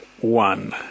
one